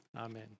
Amen